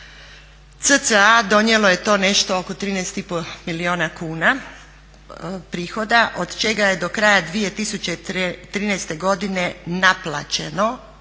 Cca donijelo je to nešto oko 13 i pol milijuna kuna prihoda od čega je do kraja 2013. godine naplaćeno